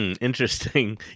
interesting